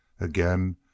again